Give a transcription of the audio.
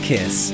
Kiss